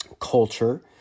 culture